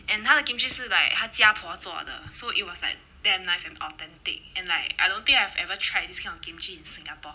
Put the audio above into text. and 他的 kimchi 是 like 他家婆做的 so it was like damn nice and authentic and like I don't think I've ever tried this kind of kimchi in singapore